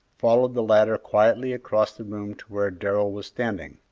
followed the latter quietly across the room to where darrell was standing.